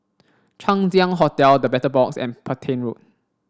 Chang Ziang Hotel The Battle Box and Petain Road